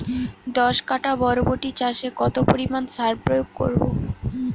দশ কাঠা বরবটি চাষে কত পরিমাণ সার প্রয়োগ করব?